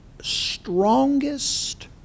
strongest